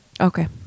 okay